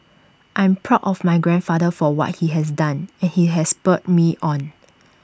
I'm proud of my grandfather for what he has done and IT has spurred me on